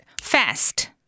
Fast